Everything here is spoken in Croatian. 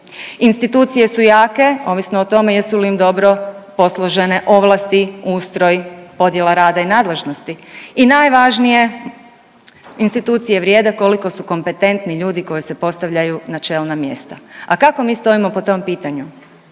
institucije su jake ovisno o tome jesu li im dobro posložene ovlasti, ustroj, podjela rada i nadležnosti i najvažnije institucije vrijede koliko su kompetentni ljudi koji se postavljaju na čelna mjesta. A kako mi stojimo po tom pitanju?